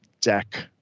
deck